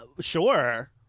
Sure